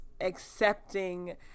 accepting